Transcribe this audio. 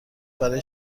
برای